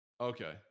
okay